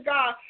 God